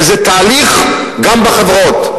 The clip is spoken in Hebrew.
וזה תהליך שקורה גם בחברות.